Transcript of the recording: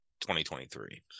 2023